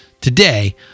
Today